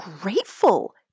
grateful